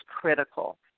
critical